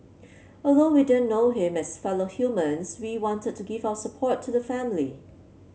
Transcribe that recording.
although we didn't know him as fellow humans we wanted to give our support to the family